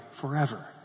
forever